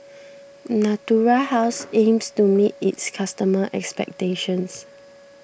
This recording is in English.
Natura House aims to meet its customers' expectations